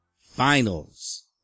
Finals